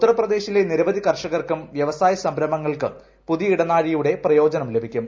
ഉത്തർപ്രദേശിലെ നിരവധി കർഷകർക്കും വൃവസായ സംരംഭങ്ങൾക്കും പുതിയ ഇടനാഴിയുടെ പ്രയോജനം ലഭിക്കും